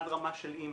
עד רמה של אימייל.